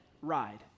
ride